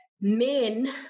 men